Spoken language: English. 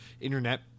Internet